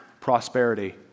Prosperity